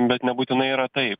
bet nebūtinai yra taip